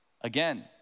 Again